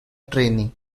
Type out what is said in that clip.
trainee